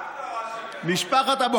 מה ההגדרה של מחבל?